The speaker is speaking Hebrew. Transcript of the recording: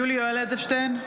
(קוראת בשמות חברי הכנסת) יולי יואל אדלשטיין,